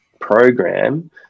program